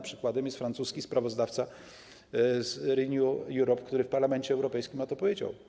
Przykładem jest francuski sprawozdawca z Renew Europe, który w Parlamencie Europejskim o tym powiedział.